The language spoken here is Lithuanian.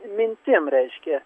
mintim reiškia